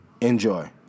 Enjoy